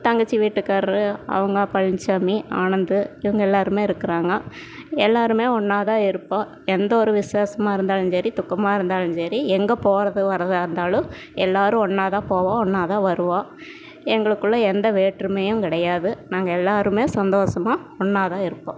தங்கச்சி வீட்டுக்காரர் அவங்க பழனிச்சாமி ஆனந்து இவங்க எல்லாருமே இருக்கிறாங்க எல்லாருமே ஒன்னாகதான் இருப்போம் எந்த ஒரு விசேஷமாக இருந்தாலும் சரி துக்கமாக இருந்தாலும் சரி எங்கே போகறது வரதாக இருந்தாலும் எல்லாரும் ஒன்னாகதான் போவோம் ஒன்னாகதான் வருவோம் எங்களுக்குள்ளே எந்த வேற்றுமையும் கிடையாது நாங்கள் எல்லாருமே சந்தோசமாக ஒன்னாகதான் இருப்போம்